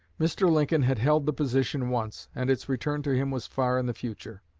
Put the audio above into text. mr. lincoln had held the position once, and its return to him was far in the future.